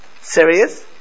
Serious